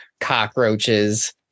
cockroaches